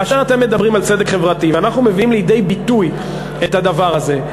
כאשר אתם מדברים על צדק חברתי ואנחנו מביאים לידי ביטוי את הדבר הזה,